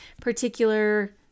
particular